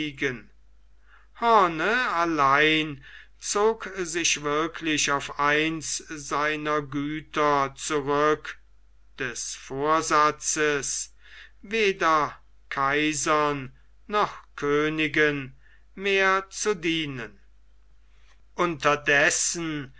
hoorn allein zog sich wirklich auf eines seiner güter zurück des vorsatzes weder kaisern noch königen mehr zu dienen